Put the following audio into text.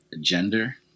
gender